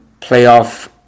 playoff